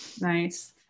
Nice